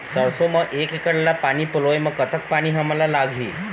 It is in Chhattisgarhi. सरसों म एक एकड़ ला पानी पलोए म कतक पानी हमन ला लगही?